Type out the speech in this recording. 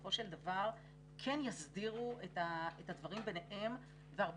שבסופו של דבר הצדדים כן יסדירו את הדברים ביניהם והרבה